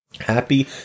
Happy